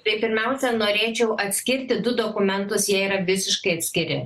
tai pirmiausia norėčiau atskirti du dokumentus jie yra visiškai atskiri